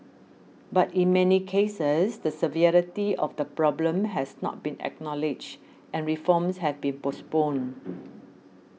but in many cases the severity of the problem has not been acknowledged and reforms have been postponed